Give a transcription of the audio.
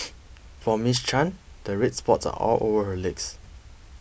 for Miss Chan the red spots are all over her legs